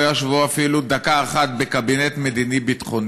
ישבו אפילו דקה אחת בקבינט מדיני-ביטחוני,